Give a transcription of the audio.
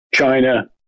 China